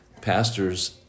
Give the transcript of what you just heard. pastors